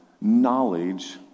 knowledge